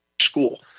school